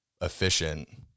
efficient